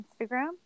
Instagram